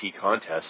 contest